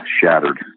shattered